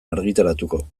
argitaratuko